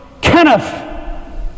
Kenneth